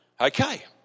Okay